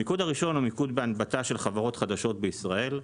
המיקוד הראשון בהנבטה של חברות חדשות בישראל.